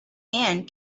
man